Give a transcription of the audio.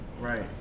Right